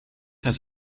has